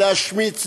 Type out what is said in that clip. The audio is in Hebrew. להשמיץ,